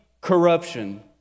corruption